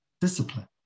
discipline